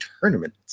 tournament